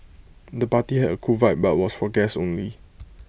the party had A cool vibe but was for guests only